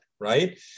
right